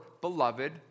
beloved